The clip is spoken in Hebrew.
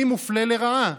אני מופלה לרעה.